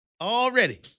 already